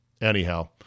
Anyhow